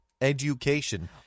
education